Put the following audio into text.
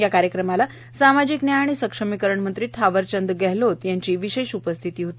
या कार्यक्रमाला सामाजिक न्याय आणि सक्षमीकरण मंत्री ठाकरचंद गेहलोद यांची विशेष उपस्थिती होती